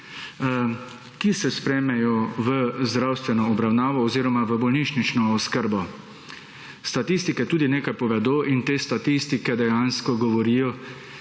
ki se sprejmejo v zdravstveno obravnavo oziroma v bolnišnično oskrbo. Statistike tudi nekaj povedo in te statistike dejansko govorijo,